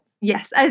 Yes